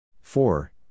Four